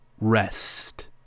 rest